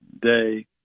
day